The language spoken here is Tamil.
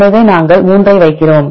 எனவே நாங்கள் 3 ஐ வைக்கிறோம்